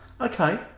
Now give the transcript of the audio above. Okay